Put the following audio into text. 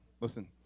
Listen